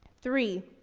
three,